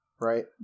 right